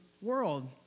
world